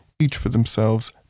each-for-themselves